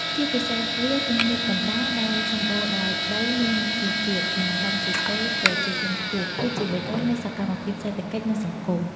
ជាពិសេស វាលទំនាបកណ្ដាលដែលសម្បូរដោយដីមានជីជាតិ និងដង់ស៊ីតេប្រជាជនខ្ពស់ គឺជាបេះដូងនៃសកម្មភាពសេដ្ឋកិច្ច និងសង្គម។